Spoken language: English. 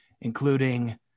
including